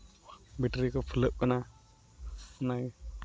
battery ᱠᱚ ᱯᱷᱩᱞᱟᱹᱜ ᱠᱟᱱᱟ ᱚᱱᱟᱜᱮ